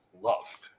love